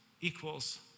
equals